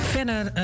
Verder